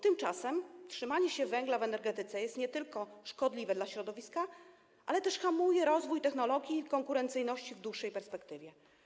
Tymczasem trzymanie się węgla w energetyce jest nie tylko szkodliwe dla środowiska, ale hamuje też rozwój technologii i konkurencyjności w dłuższej perspektywie.